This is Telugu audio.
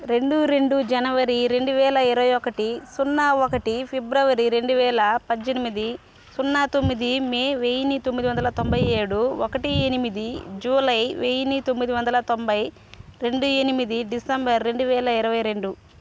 రెండు రెండు జనవరి రెండు వేల ఇరవై ఒకటి సున్నా ఒకటి ఫిబ్రవరి రెండు వేల పద్దెనిమిది సున్నా తొమ్మిది మే వెయ్యిన్ని తొమ్మిది వందల తొంభై ఏడు ఒకటి ఎనిమిది జూలై వెయ్యిన్ని తొమ్మిది వందల తొంభై రెండు ఎనిమిది డిసెంబర్ రెండు వేల ఇరవై రెండు